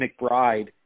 McBride